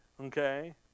okay